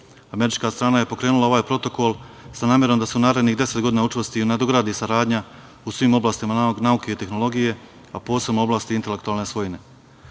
odnosa. Američka strana je pokrenula ovaj protokol sa namerom da se u narednih 10 godina učvrsti i nadogradi saradnja u svim oblastima nauke i tehnologije, a posebno u oblasti intelektualne svojine.